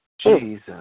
Jesus